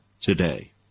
today